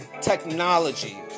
technology